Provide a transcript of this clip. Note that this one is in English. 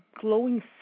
glowing